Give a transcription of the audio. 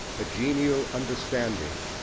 a genial understanding,